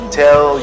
tell